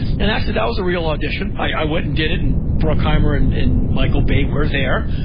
and actually, that was a real audition. i went and did it, and bruckheimer and and michael bay were there.